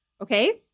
okay